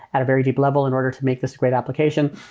at a very deep level in order to make this great application?